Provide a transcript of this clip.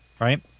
right